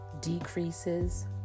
decreases